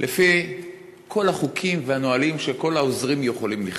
לפי כל החוקים והנהלים שכל העוזרים יכולים לכתוב.